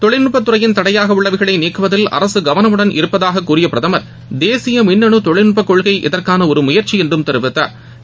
தொழில்நுட்பத் துறையின் தடையாக உள்ளவைகளை நீக்குவதில் அரசு கவனமுடன் இருப்பதாக கூறிய பிரதம் தேசிய மின்னணு தொழில்நுட்பக் கொள்கை இதற்கான ஒரு முயற்சி என்றும் தெரிவித்தாா்